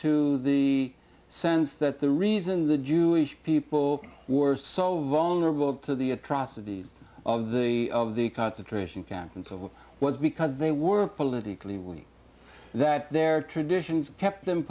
to the sense that the reason the jewish people were so vulnerable to the atrocities of the of the concentration camp until was because they were politically weak that their traditions kept them